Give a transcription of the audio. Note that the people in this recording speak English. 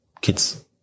kids